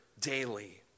daily